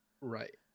Right